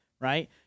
right